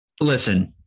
listen –